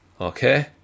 Okay